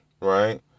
right